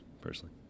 personally